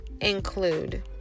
include